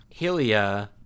helia